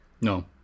No